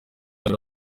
wari